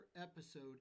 episode